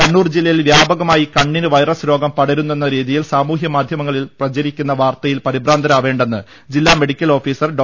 കണ്ണൂർ ജില്ലയിൽ വ്യാപകമായി കണ്ണിന് വൈറസ് രോഗം പടരുന്നു എന്ന രീതിയിൽ സാമൂഹ്യ മാധ്യമ ങ്ങളിൽ പ്രചരിക്കുന്ന വാർത്തയിൽ പരിഭ്രാന്ത രാവേണ്ടെന്ന് ജില്ലാ മെഡിക്കൽ ഓഫീസർ ഡോ